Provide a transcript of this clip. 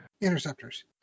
interceptors